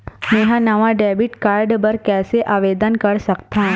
मेंहा नवा debit card बर कैसे आवेदन कर सकथव?